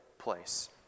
place